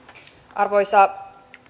arvoisa